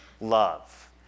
love